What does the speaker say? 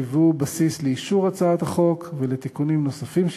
היו בסיס לאישור הצעת החוק ולתיקונים נוספים שהתקבלו,